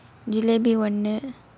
jelebi ஒன்னு:onnu